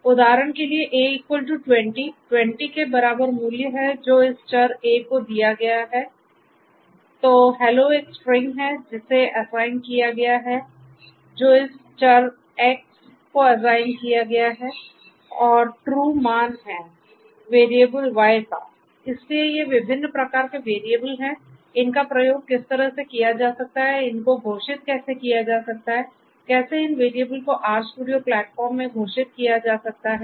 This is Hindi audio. इसलिए उदाहरण के लिए A20 20 के बराबर मूल्य है जो इस चर A को दीया गया है तो हैलो एक स्ट्रिंग है जिसे असाइन किया गया है जो इस चर X को असाइन किया गया है और true मान है वेरिएबल Y का इसलिए ये विभिन्न प्रकार के वैरिएबल हैं इनका उपयोग किस तरह से किया जा सकता है इनको घोषित कैसे किया जा सकता है कैसे इन वैरिएबल को RStudio प्लेटफॉर्म में घोषित किया जा सकता है